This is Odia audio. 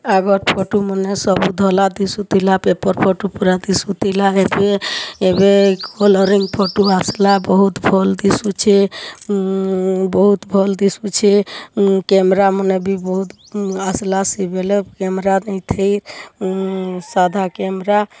ଆଗର୍ ଫଟୋମାନେ ସବୁ ଧଲା ଦିସୁଥିଲା ପେପର୍ ଫୋଟୁ ପୁରା ଥିସୁଥିଲା ଏବେ ଏବେ କଲରିଙ୍ଗ୍ ଫୋଟୁ ଆସିଲା ବହୁତ୍ ଭଲ୍ ଦିସୁଛେ ବହୁତ୍ ଭଲ୍ ଦିଶୁଛେ କ୍ୟାମେରାମାନେ ବି ବହୁତ୍ ଆସିଲା ସେ ବେଲେ କ୍ୟାମେରା ନେଇଥେଇ ସାଧା କ୍ୟାମେରା